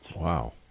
Wow